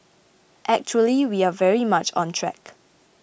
actually we are very much on track